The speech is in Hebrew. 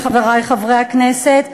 חברי חברי הכנסת,